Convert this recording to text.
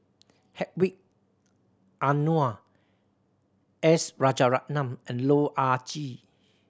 Hedwig Anuar S Rajaratnam and Loh Ah Chee